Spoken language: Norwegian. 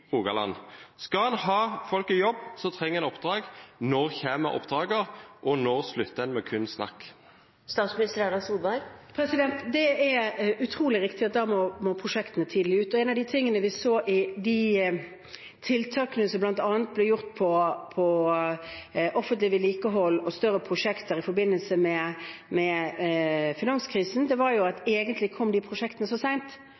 jobb, trenger en oppdrag. Når kommer oppdragene, og når slutter en med kun snakk? Det er utrolig viktig å få prosjektene tidlig ut. En av de tingene vi så i de tiltakene som ble gjort innenfor offentlig vedlikehold og større prosjekter i forbindelse med finanskrisen, var at prosjektene egentlig kom så